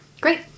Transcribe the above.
Great